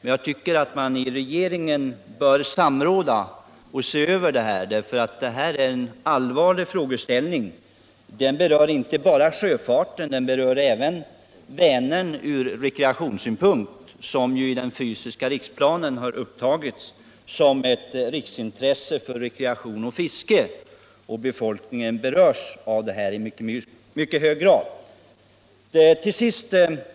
Men jag tycker att man i regeringen bör samråda och se över dessa problem. Det här är en allvarlig frågeställning. Den berör inte bara sjöfarten utan också Vänern ur rekreationssynpunkt. I den fysiska riksplanen har ju angetts att Vänern är av riksintresse för rekreation och fiske. Befolkningen berörs därför i mycket hög grad.